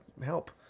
help